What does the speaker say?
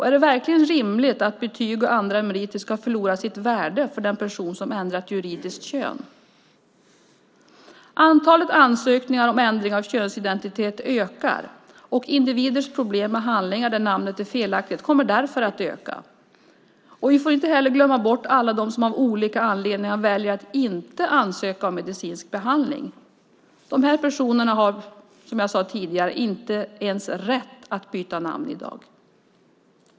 Är det verkligen rimligt att betyg och andra meriter ska förlora sitt värde för den person som ändrat juridiskt kön? Antalet ansökningar om ändring av könsidentitet ökar, och individers problem med handlingar där namnet är felaktigt kommer därför att öka. Vi får inte heller glömma bort alla dem som av olika anledningar väljer att inte ansöka om medicinsk behandling. Dessa personer har, som jag sade tidigare, inte ens rätt att byta namn i dag.